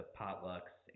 potlucks